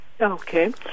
Okay